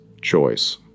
choice